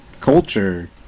culture